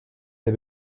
der